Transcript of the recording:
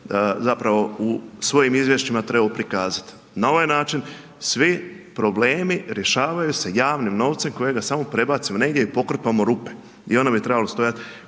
zapravo u svojim izvješćima trebao prikazati. Na ovaj način svi problemi rješavaju se javnim novcem kojega samo prebacimo negdje i pokrpamo rupe i onda nam je trebalo stajati